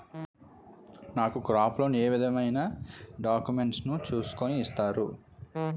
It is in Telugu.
నాకు క్రాప్ లోన్ ఏ విధమైన డాక్యుమెంట్స్ ను చూస్కుని ఇస్తారు?